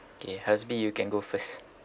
okay hasbi you can go first